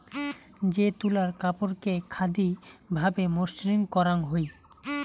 যে তুলার কাপড়কে খাদি ভাবে মসৃণ করাং হই